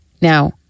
Now